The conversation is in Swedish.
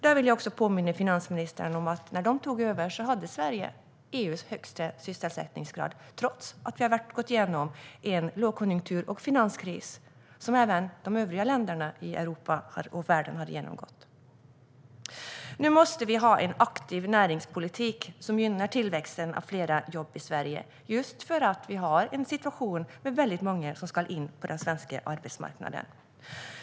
Där vill jag också påminna finansministern om att när de tog över hade Sverige EU:s högsta sysselsättningsgrad, trots att vi gått igenom en lågkonjunktur och finanskris som även de övriga länderna i Europa och världen har genomgått. Nu måste vi ha en aktiv näringspolitik som gynnar tillväxten av fler jobb i Sverige. Det är just för att vi har en situation med väldigt många som ska in på den svenska arbetsmarknaden.